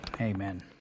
amen